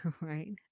right